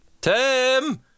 Tim